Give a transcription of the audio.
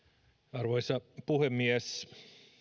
arvoisa puhemies